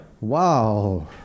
wow